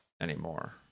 anymore